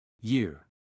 Year